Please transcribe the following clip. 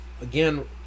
again